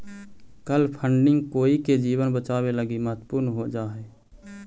कल फंडिंग कोई के जीवन बचावे लगी महत्वपूर्ण हो जा हई